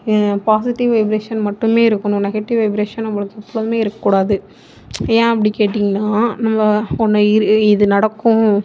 positive vibration மட்டுமே இருக்கணும் negative vibration நம்மளுக்கு எப்பவுமே இருக்கக்கூடாது ஏன் அப்படி கேட்டிங்னால் நம்ம ஒன்றை இது நடக்கும்